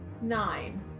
Nine